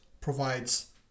provides